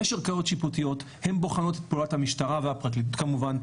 יש ערכאות שיפוטיות הן בוחנות את פעולת המשטרה והפרקליטות כמובן,